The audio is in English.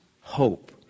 hope